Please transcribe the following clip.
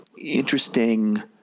interesting